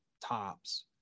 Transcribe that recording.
tops